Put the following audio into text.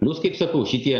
plius kaip sakau šitie